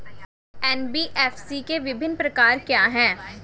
NBFC के विभिन्न प्रकार क्या हैं?